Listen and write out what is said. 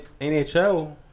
NHL